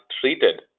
treated